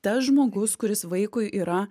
tas žmogus kuris vaikui yra